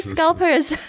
Scalpers